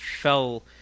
fell